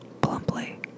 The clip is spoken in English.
Plumply